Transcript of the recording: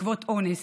בעקבות אונס.